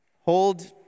hold